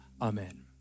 Amen